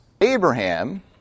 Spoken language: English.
Abraham